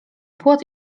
płot